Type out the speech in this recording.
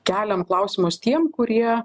keliam klausimus tiem kurie